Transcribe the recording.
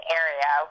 area